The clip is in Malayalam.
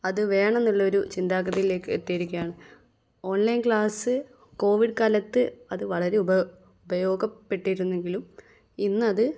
അത് വേണം എന്നുള്ളൊരു ചിന്താഗതിയിലേക്ക് എത്തിയിരിക്കുകയാണ് ഓൺലൈൻ ക്ലാസ് കോവിഡ് കാലത്ത് അത് വളരെ ഉപ ഉപയോഗപ്പെട്ടിരുന്നെങ്കിലും ഇന്നത്